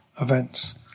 events